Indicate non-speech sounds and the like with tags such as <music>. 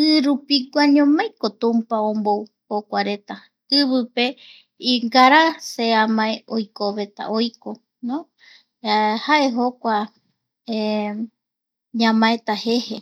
i rupigua ñomaiko tumpa ombou jokuareta ivipe ngaraa se amae oiko no jae jokua <hesitation> ñamaeta jeje.